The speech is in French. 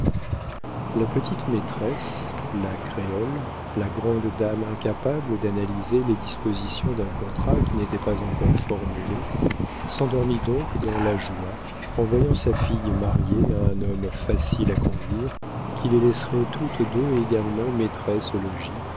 la petite maîtresse la créole la grande dame incapable d'analyser les dispositions d'un contrat qui n'était pas encore formulé s'endormit donc dans la joie en voyant sa fille mariée à un homme facile à conduire qui les laisserait toutes deux également maîtresses au logis